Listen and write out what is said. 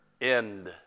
end